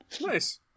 Nice